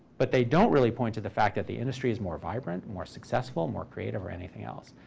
but they don't really point to the fact that the industry's more vibrant, more successful, more creative, or anything else.